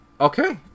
okay